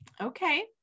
Okay